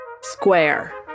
square